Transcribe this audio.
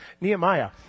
Nehemiah